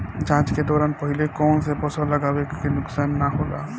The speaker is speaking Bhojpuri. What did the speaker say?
जाँच के दौरान पहिले कौन से फसल लगावे से नुकसान न होला?